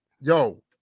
Yo